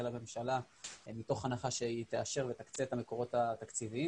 לממשלה מתוך הנחה שהיא תאשר ותקצה את המקורות התקציביים